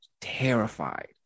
terrified